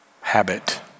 habit